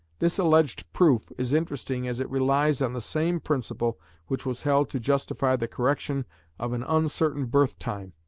this alleged proof is interesting as it relies on the same principle which was held to justify the correction of an uncertain birth-time,